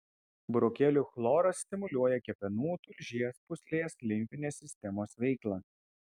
burokėlių chloras stimuliuoja kepenų tulžies pūslės limfinės sistemos veiklą